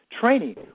training